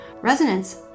resonance